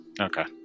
Okay